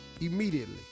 immediately